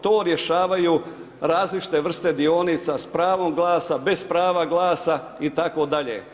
To rješavaju različite vrste dionica sa pravom glasa, bez prava glasa itd.